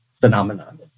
phenomenon